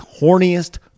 horniest